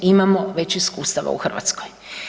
Imamo već iskustava u Hrvatskoj.